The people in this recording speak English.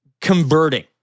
converting